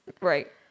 right